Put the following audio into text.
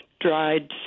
dried